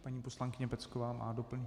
Paní poslankyně Pecková má doplňující...